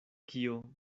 kio